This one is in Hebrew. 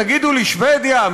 תגידו לי: שבדיה,